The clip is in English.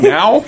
Now